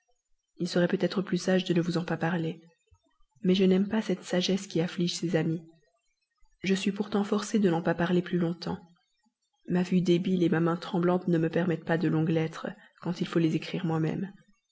il serait peut-être plus sage de ne vous en pas parler mais je n'aime pas cette sagesse qui afflige ses amis je suis pourtant forcée de n'en pas parler plus longtemps ma vue débile ma main tremblante ne me permettent pas de longues lettres quand il faut les écrire moi-même